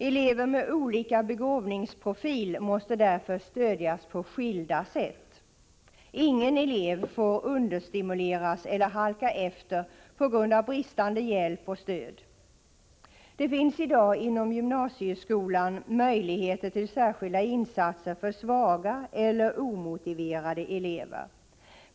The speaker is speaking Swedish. Elever med olika begåvningsprofil måste därför stödjas på skilda sätt. Ingen elev får understimuleras eller ”halka efter” på grund av bristande hjälp och stöd. Det finns i dag inom gymnasieskolan möjligheter till särskilda insatser för svaga eller omotiverade elever.